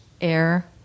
air